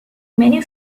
many